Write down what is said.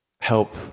help